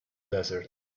desert